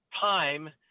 time